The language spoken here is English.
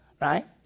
right